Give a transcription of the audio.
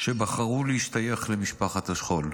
שבחרו להשתייך למשפחת השכול.